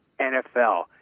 NFL